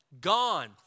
Gone